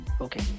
Okay